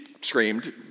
screamed